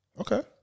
Okay